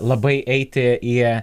labai eiti į